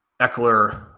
Eckler